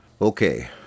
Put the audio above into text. Okay